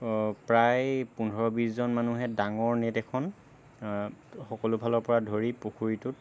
প্ৰায় পোন্ধৰ বিশজন মানুহে ডাঙৰ নেট এখন সকলো ফালৰ পৰা ধৰি পুখুৰীটোত